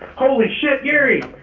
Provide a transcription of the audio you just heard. holy shit, gary!